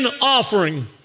offering